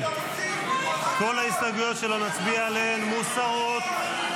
כל ההסתייגויות שלא נצביע עליהן, מוסרות.